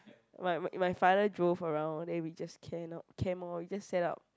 my my father drove around then we just camp out camp lor we just setup